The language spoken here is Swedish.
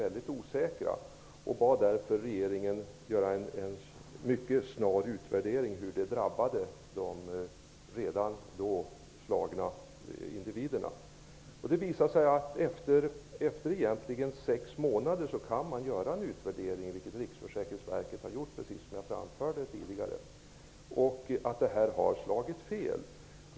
Man bad därför regeringen göra en mycket snar utvärdering av hur detta drabbade de redan drabbade individerna. Efter sex månader är det möjligt att göra en utvärdering, vilket Riksförsäkringsverket också har gjort, som jag tidigare framförde. Det visade sig att detta har slagit fel.